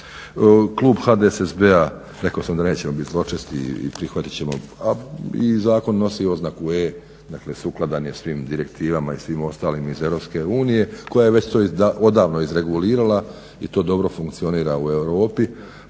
Klub HDSSB-a, rekao sam da nećemo biti zločesti, prihvatit ćemo, a i zakon nosi oznaku E, dakle sukladan je svim Direktivama i svim ostalim iz EU koja je već to odavno izregulirala i to dobro funkcionira u Europi